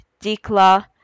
dikla